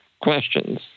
questions